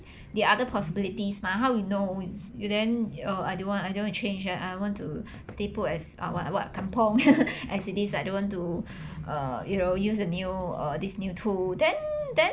the other possibilities mah how you know is then uh I don't want I don't want to change ah I want to stay put as ah what ah kampung as it is I don't want to err you know use the new this new tool then then